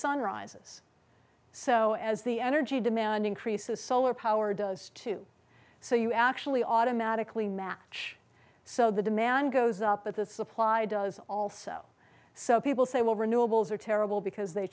sun rises so as the energy demand increases solar power does too so you actually automatically match so the demand goes up at the supply does also so people say well renewables are terrible because they